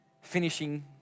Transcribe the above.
Finishing